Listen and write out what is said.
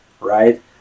right